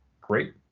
great